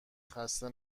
خسته